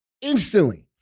instantly